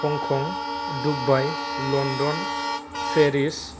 Hong Kong Dubai London Paris